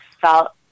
felt